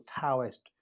Taoist